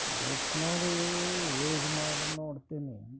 ಬಿಚ್ಚಿ ನೋಡಿ ಯೂಸ್ ಮಾಡಿ ನೋಡ್ತೀನಿ